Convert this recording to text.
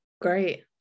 great